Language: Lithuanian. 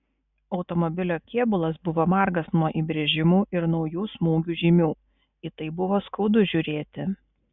automobilio kėbulas buvo margas nuo įbrėžimų ir naujų smūgių žymių į tai buvo skaudu žiūrėti